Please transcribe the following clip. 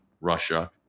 Russia